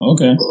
Okay